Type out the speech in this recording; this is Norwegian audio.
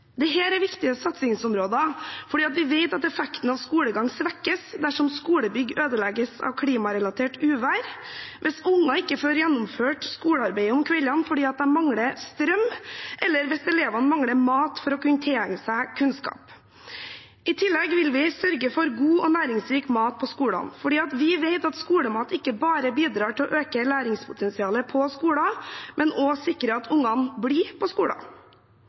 er viktige satsingsområder fordi vi vet at effekten av skolegang svekkes dersom skolebygg ødelegges av klimarelatert uvær, hvis barn ikke får gjennomført skolearbeidet om kvelden fordi de mangler strøm, eller hvis elevene mangler mat for å kunne tilegne seg kunnskap. I tillegg vil vi sørge for god og næringsrik mat på skolen, for vi vet at skolemat ikke bare bidrar til å øke læringspotensialet på skolen, men også sikrer at barna blir på skolen.